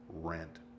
rent